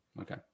Okay